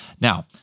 Now